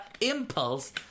impulse